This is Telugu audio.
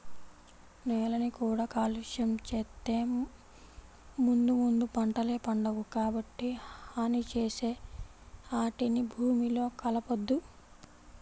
నేలని కూడా కాలుష్యం చేత్తే ముందు ముందు పంటలే పండవు, కాబట్టి హాని చేసే ఆటిని భూమిలో కలపొద్దు